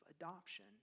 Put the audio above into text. adoption